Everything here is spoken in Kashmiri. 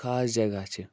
خاص جگہ چھِ